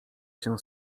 się